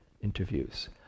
interviews